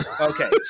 Okay